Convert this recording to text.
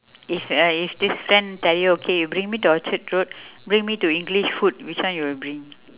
if uh if this friend tell you okay bring me to orchard-road bring me to english food which one you will bring